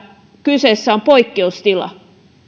kyseessä on poikkeustila